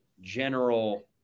general